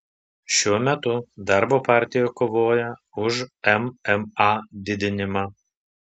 šiuo metu darbo partija kovoja už mma didinimą